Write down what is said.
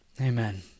Amen